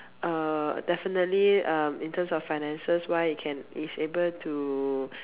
uh definitely um in terms of finances wise it can is able to